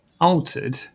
altered